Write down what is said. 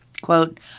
Quote